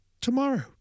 tomorrow